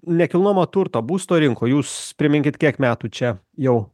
nekilnojamo turto būsto rinkoj jūs priminkit kiek metų čia jau